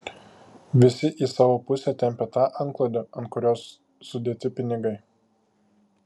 visi į savo pusę tempią tą antklodę ant kurios sudėti pinigai